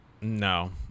No